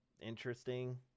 interesting